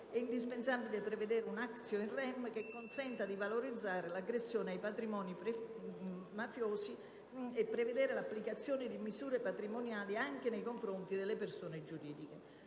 è indispensabile prevedere una *actio in rem* che consenta di valorizzare l'aggressione ai patrimoni mafiosi nonché l'applicazione di misure di prevenzione patrimoniali anche nei confronti delle persone giuridiche.